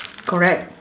correct